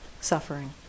suffering